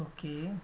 Okay